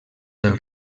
del